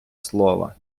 слова